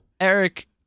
Eric